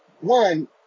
one